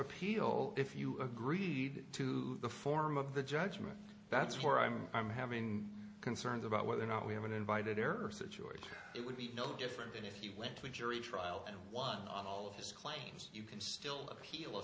appeal if you agreed to the form of the judgement that's where i'm i'm having concerns about whether or not we have been invited or situated it would be no different than if you went to a jury trial and won on all of his claims you can still appeal